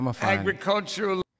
agricultural